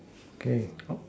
okay oh